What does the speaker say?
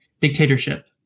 Dictatorship